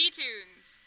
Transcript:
tunes